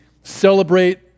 celebrate